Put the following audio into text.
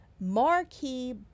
marquee